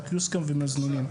בקיוסקים ובמזנונים?